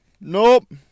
nope